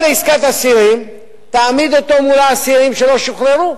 כל עסקת אסירים תעמיד אותו מול האסירים שלא שוחררו.